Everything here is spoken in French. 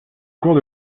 cours